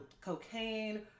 cocaine